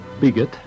bigot